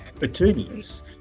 attorneys